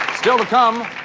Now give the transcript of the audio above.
still to come,